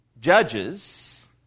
judges